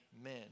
Amen